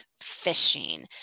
fishing